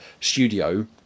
studio